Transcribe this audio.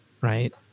right